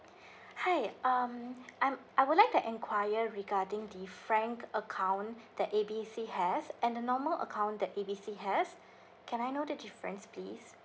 hi um I'm I would like to enquire regarding the frank account that A B C has and the normal account that A B C has can I know the difference please